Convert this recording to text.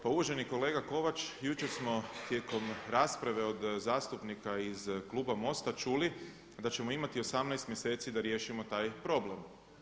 Pa uvaženi kolega Kovač jučer smo tijekom rasprave od zastupnika iz kluba MOST-a čuli da ćemo imati 18 mjeseci da riješimo taj problem.